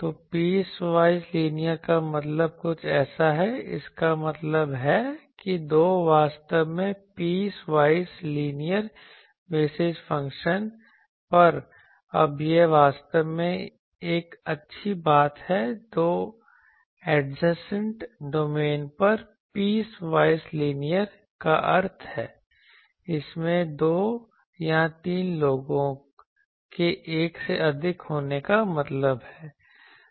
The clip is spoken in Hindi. तो पीस वाईज लीनियर का मतलब कुछ ऐसा है इसका मतलब है कि दो वास्तव में piecewise linear basis function पर अब यह वास्तव में एक अच्छी बात है दो एडजेसेंट डोमेन पर पीस वाईज लीनियर का अर्थ है इसमें दो या तीन लोगों के एक से अधिक होने का मतलब है